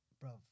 Bro